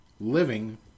living